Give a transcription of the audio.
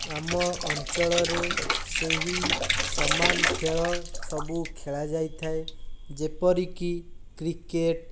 ଆମ ଅଞ୍ଚଳରେ ସେହି ସମାନ ଖେଳ ସବୁ ଖେଳାଯାଇଥାଏ ଯେପରିକି କ୍ରିକେଟ୍